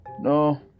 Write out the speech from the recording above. No